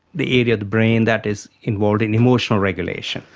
the area of the brain that is involved in emotional regulation